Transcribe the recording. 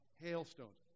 Hailstones